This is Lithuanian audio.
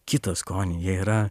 kitą skonį jie yra